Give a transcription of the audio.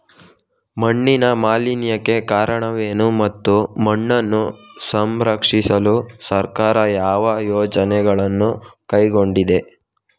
ಮಣ್ಣಿನ ಮಾಲಿನ್ಯಕ್ಕೆ ಕಾರಣವೇನು ಮತ್ತು ಮಣ್ಣನ್ನು ಸಂರಕ್ಷಿಸಲು ಸರ್ಕಾರ ಯಾವ ಯೋಜನೆಗಳನ್ನು ಕೈಗೊಂಡಿದೆ?